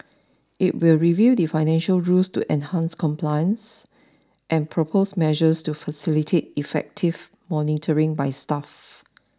it will review the financial rules to enhance compliance and propose measures to facilitate effective monitoring by staff